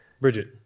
Bridget